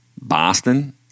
Boston